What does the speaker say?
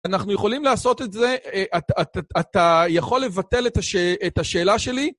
אנחנו יכולים לעשות את זה, אתה יכול לבטל את השאלה שלי?